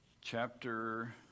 chapter